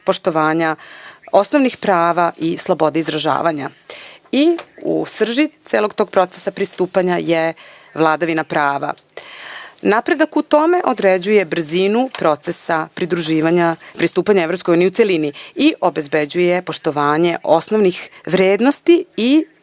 poštovanja osnovnih prava i sloboda izražavanja. U srži celog tog procesa pristupanja je vladavina prava. Napredak u tome određuje brzinu procesa pridruživanja, pristupanja EU u celini i obezbeđuje poštovanje osnovnih vrednosti i